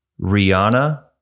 Rihanna